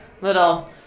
little